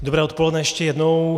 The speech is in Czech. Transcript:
Dobré odpoledne ještě jednou.